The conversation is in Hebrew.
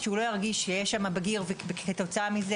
שהוא לא ירגיש שיש שם בגיר וכתוצאה מזה